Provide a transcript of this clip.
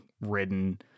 ridden